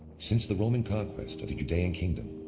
since the roman conquest of the judean kingdom,